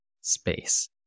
space